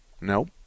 Nope